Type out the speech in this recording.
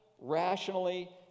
rationally